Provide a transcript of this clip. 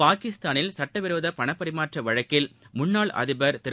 பாகிஸ்தானில் சட்டவிரோத பணப் பரிமாற்ற வழக்கில் முன்னாள் அதிபர் திரு